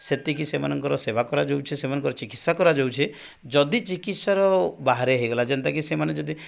ସେତିକି ସେମାନଙ୍କର ସେବା କରାଯାଉଛି ସେମାନଙ୍କର ଚିକିତ୍ସା କରାଯାଉଛି ଯଦି ଚିକିତ୍ସାର ବାହାରେ ହୋଇଗଲା ଯେଉଁଟାକି ସେମାନେ ଯଦି